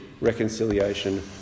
reconciliation